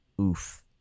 Oof